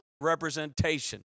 representation